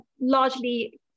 largely